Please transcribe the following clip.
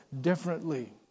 differently